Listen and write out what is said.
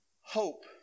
hope